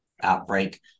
outbreak